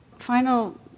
Final